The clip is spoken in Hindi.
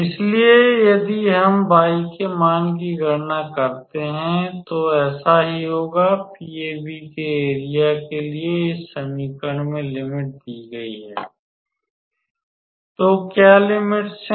इसलिए यदि हम y के मान की गणना करते हैं तो ऐसा ही होगा PAB के एरिया के लिए इस समीकरण में लिमिट दी गई हैं तो क्या लिमिट्स हैं